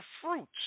fruits